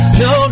no